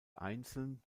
einzeln